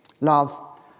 love